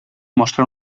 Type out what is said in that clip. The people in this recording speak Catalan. mostra